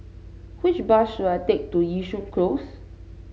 which bus should I take to Yishun Close